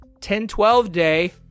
1012-day